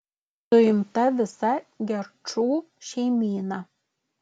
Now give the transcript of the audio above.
suimta visa gerčų šeimyna